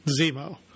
Zemo